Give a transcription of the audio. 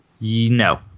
No